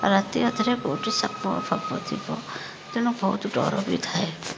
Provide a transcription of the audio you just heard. ରାତି ଅଧାରେ କୋଉଠି ସାପଫାପ ଥିବ ତେଣୁ ବହୁତ ଡ଼ର ବି ଥାଏ